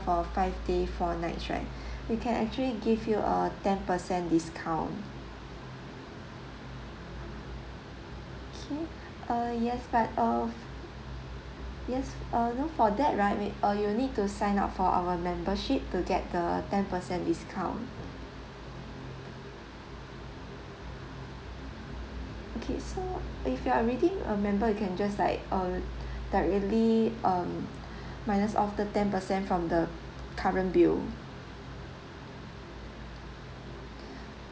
for five days four nights right we can actually give you a ten percent discount okay uh yes but uh yes uh for that right uh you need to sign up for our membership to get the ten percent discount okay so if you already a member you can just like err directly um minus off the ten percent from the current bill